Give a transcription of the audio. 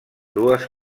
dues